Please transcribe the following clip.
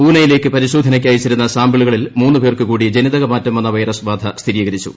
പുനെയിലേക്ക് പരിശോധനയ്ക്ക് അയച്ചിരുന്ന സാമ്പിളുകളിൽ മൂന്ന് പേർക്കു കൂടി ജനിതക മാറ്റം വന്ന വൈറസ് ബാധ സ്ഥിരീകരിച്ചു